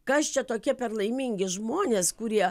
kas čia tokie per laimingi žmonės kurie